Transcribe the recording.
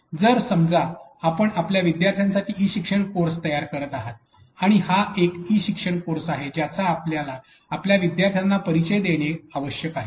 तर समजा आपण आपल्या विद्यार्थ्यांसाठी एक ई शिक्षण कोर्स तयार करीत आहात आणि हा एक ई शिक्षण कोर्स आहे ज्याचा आपल्याला आपल्या विद्यार्थ्यांना परिचय देणे आवश्यक आहे